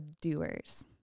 Doers